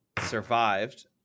survived